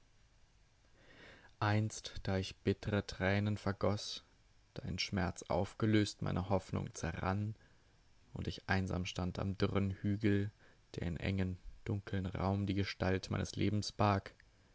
einst da ich bittre tränen vergoß da in schmerz aufgelöst meine hoffnung zerrann und ich einsam stand am dürren hügel der in engen dunkeln raum die gestalt meines lebens barg